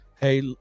hey